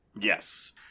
Yes